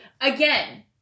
Again